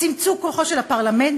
צמצום כוחו של הפרלמנט